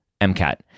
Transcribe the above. MCAT